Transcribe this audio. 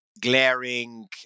glaring